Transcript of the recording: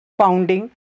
pounding